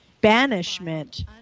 banishment